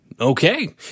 okay